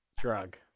drug